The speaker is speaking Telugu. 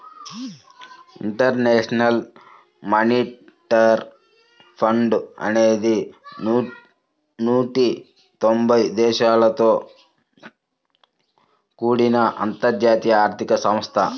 ఇంటర్నేషనల్ మానిటరీ ఫండ్ అనేది నూట తొంబై దేశాలతో కూడిన అంతర్జాతీయ ఆర్థిక సంస్థ